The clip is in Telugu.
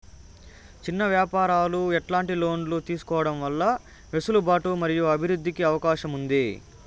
చిన్న వ్యాపారాలు ఎట్లాంటి లోన్లు తీసుకోవడం వల్ల వెసులుబాటు మరియు అభివృద్ధి కి అవకాశం ఉంది?